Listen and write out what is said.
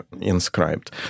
inscribed